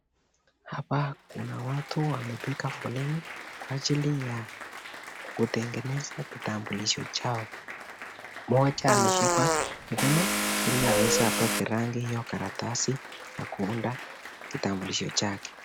Hapa kuna watu wamepiga foleni kwa ajili ya kutengeneza kitambulisho chao. Moja ameshikwa mkono ili aweze apaka rangi hiyo karatasi ya kuunda kitambulisho chake.